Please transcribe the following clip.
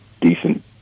decent